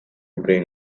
bring